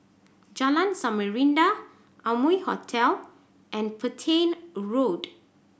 Jalan Samarinda Amoy Hotel and Petain Road